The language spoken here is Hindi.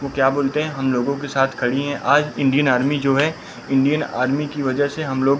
वह क्या बोलते हैं हम लोगों के साथ खड़ी हैं आज इंडियन आर्मी जो है इंडियन आर्मी की वजह से हम लोग